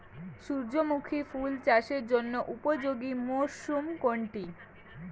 সূর্যমুখী ফুল চাষের জন্য উপযোগী মরসুম কোনটি?